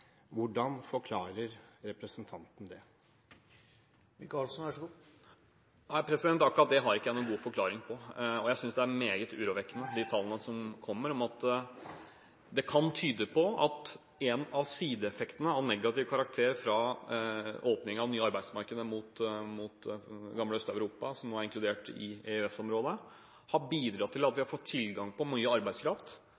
Hvordan forklarer representanten det? Akkurat det har jeg ikke noen god forklaring på. Jeg synes de tallene som framkommer, er meget urovekkende. Det kan tyde på at en av sideeffektene – av negativ karakter – av åpningen av nye arbeidsmarkeder mot det gamle Øst-Europa, som nå er inkludert i EØS-området, og som har bidratt til at vi